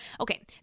okay